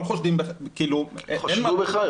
אבל חושדים --- חשדו בך?